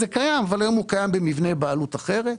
קיים אבל היום הוא קיים במבנה בעלות אחרת.